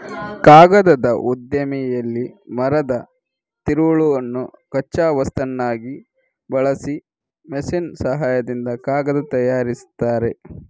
ಕಾಗದದ ಉದ್ದಿಮೆಯಲ್ಲಿ ಮರದ ತಿರುಳನ್ನು ಕಚ್ಚಾ ವಸ್ತುವನ್ನಾಗಿ ಬಳಸಿ ಮೆಷಿನ್ ಸಹಾಯದಿಂದ ಕಾಗದ ತಯಾರಿಸ್ತಾರೆ